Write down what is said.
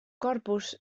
corpus